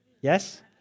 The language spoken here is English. Yes